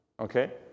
Okay